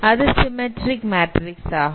அது symmetric matrix ஆகும்